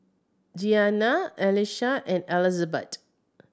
Jeanna Elisha and Elizabet